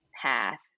path